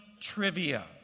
trivia